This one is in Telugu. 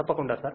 తప్పకుండా సార్